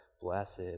Blessed